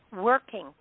working